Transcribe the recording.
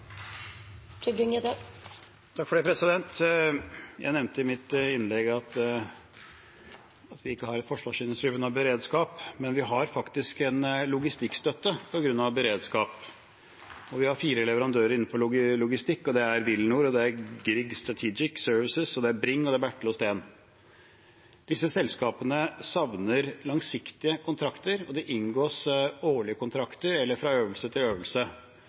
Det blir replikkordskifte. Jeg nevnte i mitt innlegg at vi ikke har en forsvarsindustri på grunn av beredskap, men vi har faktisk en logistikkstøtte på grunn av beredskap. Vi har fire leverandører innenfor logistikk. Det er Bil i Nord. Det er Grieg Strategic Services. Det er Bring, og det er Bertel O. Steen. Disse selskapene savner langsiktige kontrakter. Det inngås årlige kontrakter eller fra øvelse til øvelse.